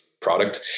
product